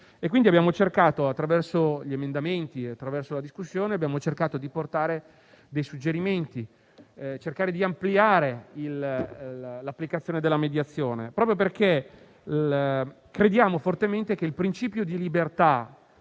Abbiamo cercato, attraverso gli emendamenti e attraverso la discussione, di portare dei suggerimenti, per ampliare l'applicazione della mediazione, proprio perché crediamo fortemente nel principio di libertà